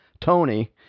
Tony